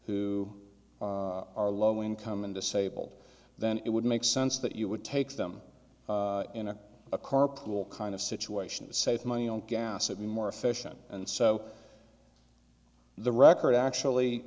who are low income and disabled then it would make sense that you would take them into a car pool kind of situation save money on gas would be more efficient and so the record actually